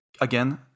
again